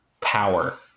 power